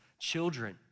children